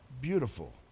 beautiful